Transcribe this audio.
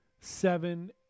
seven